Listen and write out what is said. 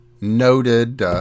noted